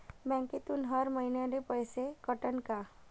बँकेतून हर महिन्याले पैसा कटन का?